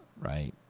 Right